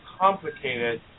complicated